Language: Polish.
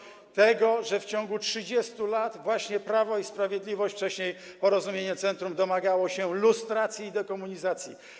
będący wyrazem tego, że w ciągu 30 lat właśnie Prawo i Sprawiedliwość, wcześniej Porozumienie Centrum, domagało się lustracji i dekomunizacji.